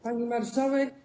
Pani Marszałek!